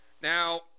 now